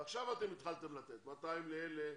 ועכשיו אתם התחלתם לתת 200 לאלה,